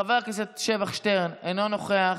חבר הכנסת שבח שטרן, אינו נוכח,